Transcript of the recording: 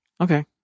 okay